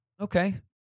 Okay